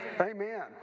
Amen